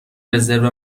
رزرو